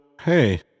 hey